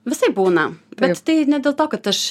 visaip būna bet tai ne dėl to kad aš